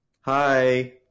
Hi